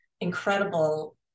incredible